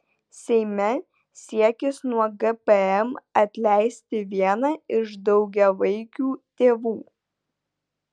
seime siekis nuo gpm atleisti vieną iš daugiavaikių tėvų